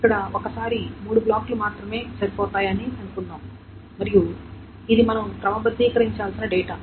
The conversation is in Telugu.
ఇక్కడ ఒకసారి మూడు బ్లాకులు మాత్రమే సరిపోతాయని అనుకుందాం మరియు ఇది మనం క్రమబద్ధీకరించాల్సిన డేటా